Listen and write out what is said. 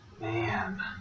Man